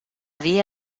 dia